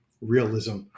realism